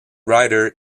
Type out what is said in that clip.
writer